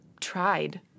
tried